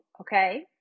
Okay